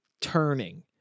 turning